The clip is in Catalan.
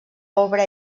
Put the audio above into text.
obra